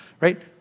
right